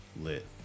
lit